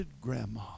grandma